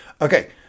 Okay